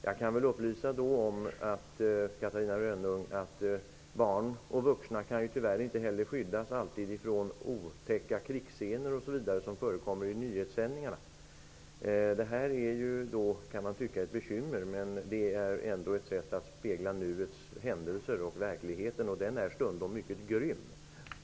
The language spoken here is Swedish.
Jag kan upplysa Catarina Rönnung om att barn och vuxna tyvärr inte heller alltid kan skyddas från otäcka krigsscener m.m. som förekommer i nyhetssändningarna. Det kan tyckas vara ett bekymmer, men det är ändå ett sätt att spegla verkligheten och nuets händelser, som stundtals är mycket grymma.